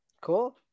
Cool